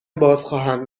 بازخواهم